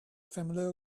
familiar